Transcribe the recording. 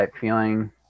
feeling